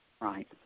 Right